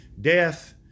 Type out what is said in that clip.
death